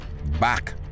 back